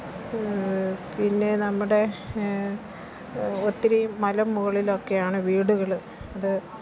പിന്നെ നമ്മുടെ ഒത്തിരിയും മല മുകളിലൊക്കെയാണ് വീടുകൾ അത്